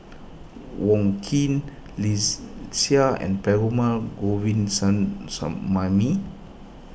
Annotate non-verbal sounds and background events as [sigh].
Wong Keen [unintelligible] Seah and Perumal [unintelligible]